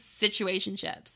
situationships